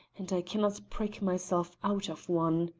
and i cannot prick myself out of one.